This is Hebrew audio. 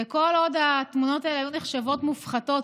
וכל עוד התמונות האלה נחשבות מופחתות,